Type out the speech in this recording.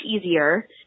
easier